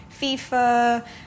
FIFA